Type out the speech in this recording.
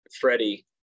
Freddie